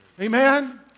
Amen